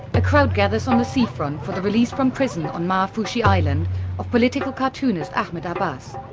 the crowd gathers on the seafront for the release from prison on maafushi island of political cartoonist ahmed abas.